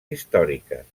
històriques